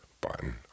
button